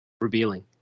revealing